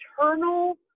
internal